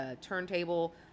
turntable